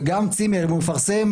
וגם צימר אם הוא מפרסם